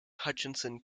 hutchinson